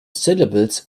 syllables